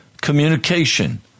communication